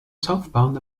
southbound